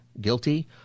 guilty